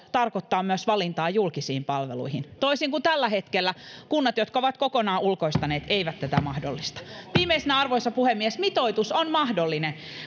tarkoittaa myös valintaa julkisiin palveluihin toisin kuin tällä hetkellä kunnat jotka ovat kokonaan ulkoistaneet eivät tätä mahdollista viimeisenä arvoisa puhemies mitoitus on mahdollinen